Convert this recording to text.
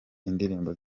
indirimbo